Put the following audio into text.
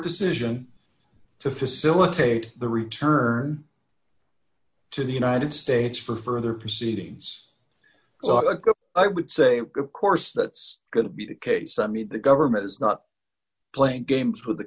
decision to facilitate the return to the united states for further proceedings i would say of course that's going to be the case i mean the government is not playing games with the